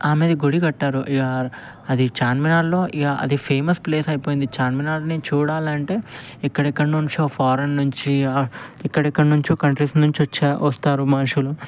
ఆమెది గుడి కట్టారు ఇక చార్మినార్లో ఇక అది ఫేమస్ ప్లేస్ అయిపోయింది చార్మినార్ని చూడాలని అంటే ఎక్కడెక్కడినుంచో ఫారిన్ నుంచి ఇక ఎక్కడెక్కడినుంచో కంట్రీస్ నుంచి వచ్చా వస్తారు మనుషులు